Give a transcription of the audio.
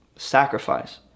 sacrifice